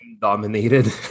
dominated